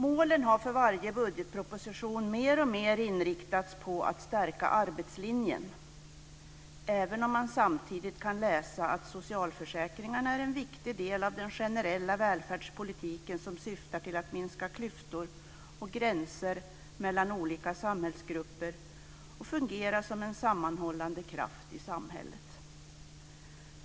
Målen har för varje budgetproposition mer och mer inriktats på att stärka arbetslinjen, även om man samtidigt kan utläsa att socialförsäkringarna är en viktig del av den generella välfärdspolitiken, som syftar till att minska klyftor, luckra upp gränser mellan olika samhällsgrupper och fungera som en sammanhållande kraft i samhället.